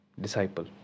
disciple